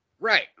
Right